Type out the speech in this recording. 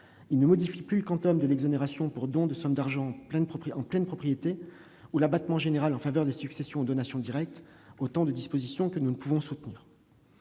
Il ne modifie plus le quantum de l'exonération pour don de sommes d'argent en pleine propriété ou l'abattement général en faveur des successions ou donations en ligne directe : ce sont là autant de dispositions que nous ne pouvons approuver.